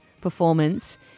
performance